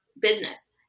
business